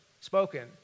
spoken